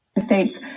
States